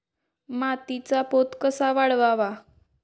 मातीचा पोत कसा वाढवावा?